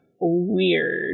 weird